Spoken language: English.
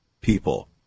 people